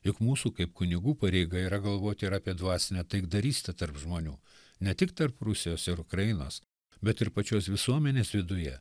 juk mūsų kaip kunigų pareiga yra galvoti ir apie dvasinę taikdarystę tarp žmonių ne tik tarp rusijos ir ukrainos bet ir pačios visuomenės viduje